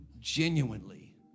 genuinely